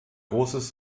großes